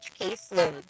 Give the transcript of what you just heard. caseloads